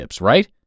right